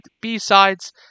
b-sides